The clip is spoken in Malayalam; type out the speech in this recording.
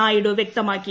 നായിഡു വൃക്തമാക്കി